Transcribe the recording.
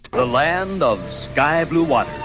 the land of sky blue waters.